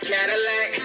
Cadillac